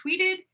tweeted